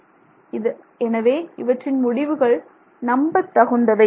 இதன் எனவே இவற்றின் முடிவுகள் நம்பத் தகுந்தவை